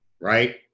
right